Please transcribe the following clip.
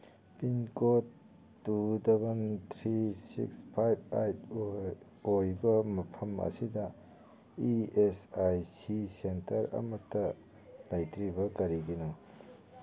pincode two double three six five eight ꯑꯣꯏꯕ ꯃꯐꯝ ꯑꯁꯤꯗ E S I C centre ꯑꯃꯇ ꯂꯩꯇ꯭ꯔꯤꯕ ꯀꯔꯤꯒꯤꯅꯣ